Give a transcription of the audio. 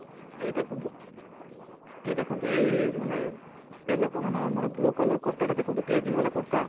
ଏଇ ଦେଖନ୍ତୁ ଏହି ଦେଖନ୍ତୁ ଏଇ ମାନେ ଆମର ମାନେ ବ୍ଲୁ କଲର୍ କୁର୍ତ୍ତାଟା ଦେଖନ୍ତୁ ଗ୍ଲେଜିଂ ବାଲା କଲର୍